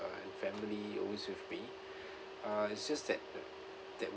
and family always with me uh it's just that that that